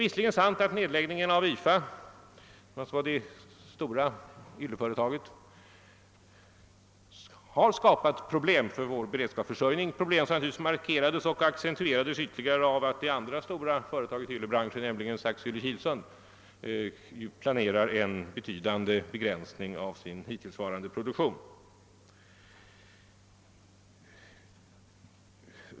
Det är sant att nedläggningen av det stora ylleföretaget YFA har skapat problem för vår beredskapsförsörjning, problem som ytterligare markerats och accentuerats av att det andra stora företaget i yllebranschen, Saxylle—Kilsund, planerar en begränsning av sin produktion.